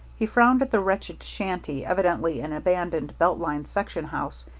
he frowned at the wretched shanty, evidently an abandoned belt line section house,